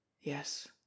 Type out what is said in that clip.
yes